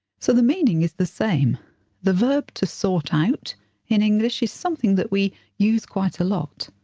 so the meaning is the same the verb to sort out in english is something that we use quite a lot.